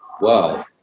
Wow